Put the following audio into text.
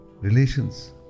relations